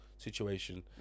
Situation